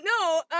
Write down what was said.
No